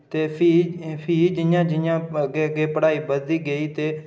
ते फ्ही फ्ही जि'यां जि'यां अग्गै अग्गै पढ़ाई बधदी गेई ते